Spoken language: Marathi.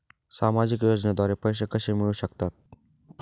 सामाजिक योजनेद्वारे पैसे कसे मिळू शकतात?